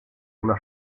una